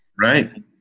Right